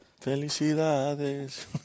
Felicidades